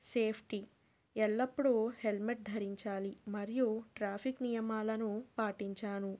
safety ఎల్లప్పుడూ helmet ధరించాలి మరియు ట్రాఫిక్ నియమాలను పాటించాను